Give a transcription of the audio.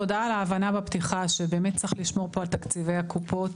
תודה על ההבנה והפתיחה שבאמת צריך לשמור פה על תקציבי הקופות.